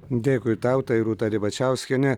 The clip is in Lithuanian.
dėkui tau tai rūta ribačiauskienė